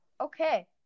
Okay